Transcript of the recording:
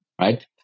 right